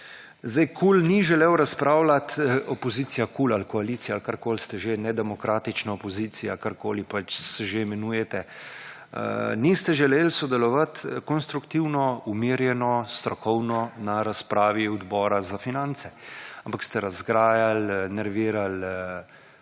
Sedaj kul ni želel razpravljati opozicija kul ali koalicija ali kakorkoli ste že nedemokratična opozicija karkoli se pač že imenujete niste želeli sodelovati konstruktivno, umirjeno, strokovno na razpravi Odbora za finance, ampak ste razgrajali, nervirali